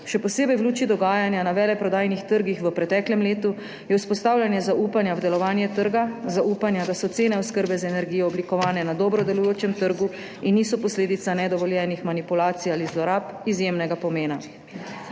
Še posebej v luči dogajanja na veleprodajnih trgih v preteklem letu je vzpostavljanje zaupanja v delovanje trga, zaupanja, da so cene oskrbe z energijo oblikovane na dobro delujočem trgu in niso posledica nedovoljenih manipulacij ali zlorab, izjemnega pomena.